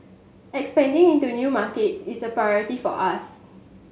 expanding into new markets is a priority for us